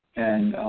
and